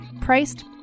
priced